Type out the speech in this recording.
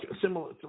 similar